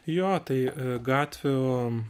jo tai gatvių